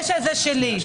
9 זה שלי.